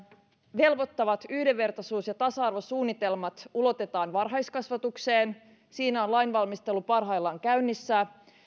velvoittavat yhdenvertaisuus ja tasa arvosuunnitelmat ulotetaan varhaiskasvatukseen siinä on lainvalmistelu parhaillaan käynnissä